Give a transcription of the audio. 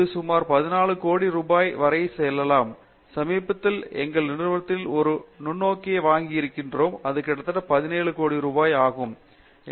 இது சுமார் 17 கோடி ரூபாய் வரை செல்லலாம் சமீபத்தில் எங்கள் நிறுவனத்தில் ஒரு நுண்ணோக்கியை வாங்கியிருக்கிறோம் அது கிட்டத்தட்ட 17 கோடி ரூபாய்க்குக் கிடைத்தது